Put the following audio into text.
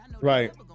right